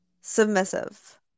Submissive